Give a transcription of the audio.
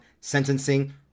sentencing